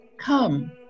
Come